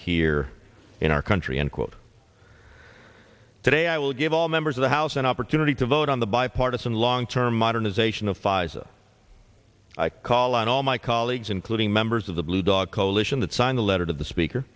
here in our country end quote today i will give all members of the house an opportunity to vote on the bipartisan long term modernization of pfizer i call on all my colleagues including members of the blue dog coalition that signed the letter to the speaker